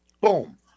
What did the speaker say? boom